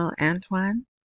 Antoine